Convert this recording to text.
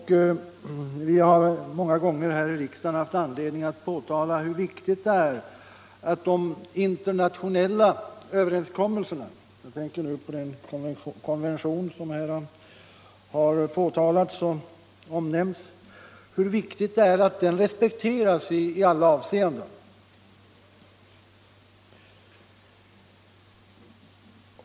Vi har många gånger här i riksdagen haft anledning att påpeka hur viktigt det är att de internationella överenskommelserna — jag tänker nu på den konvention som här har omnämnts — respekteras i alla avseenden.